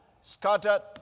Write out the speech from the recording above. Scattered